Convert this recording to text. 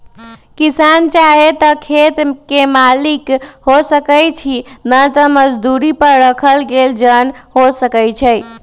किसान चाहे त खेत के मालिक हो सकै छइ न त मजदुरी पर राखल गेल जन हो सकै छइ